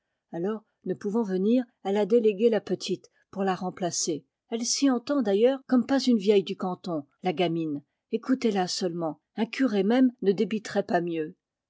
alors ne pouvant venir elle a délégué la petite pour la remplacer elle s'y entend d'ailleurs comme pas une vieille du canton la gamine écoutez-la seulement un curé même ne débiterait pas mieux